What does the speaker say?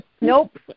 nope